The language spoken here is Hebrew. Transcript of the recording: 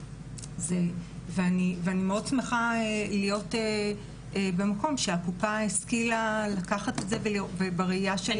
ואני מאוד שמחה להיות במקום שהקופה השכילה לקחת את זה --- גם